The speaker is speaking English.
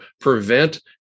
prevent